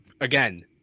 again